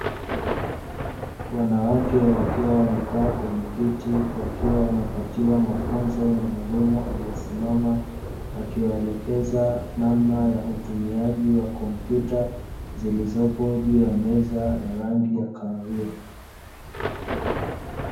Wanawake wakiwa wamekaa kwenye kitu, wakiwa wanapatiwa mafunzo na Mwalimu aliyesimama, akiwaelekeza namna ya utumiaji wa kompyuta zilizopo juu ya meza ya rangi ya kahawia.